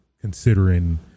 considering